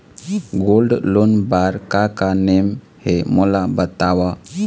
Gold loan बार का का नेम हे, मोला बताव?